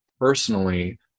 personally